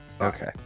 Okay